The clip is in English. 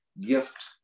gift